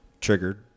triggered